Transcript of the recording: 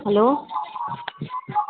hello